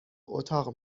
اتاق